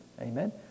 Amen